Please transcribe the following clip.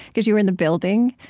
because you were in the building.